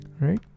Right